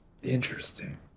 interesting